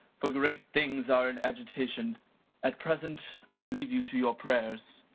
for great things are in agitation at present, i leave you to your prayers.